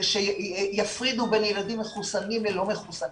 שיפרידו בין ילדים מחוסנים ללא מחוסנים.